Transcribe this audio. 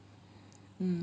um